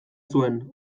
zuen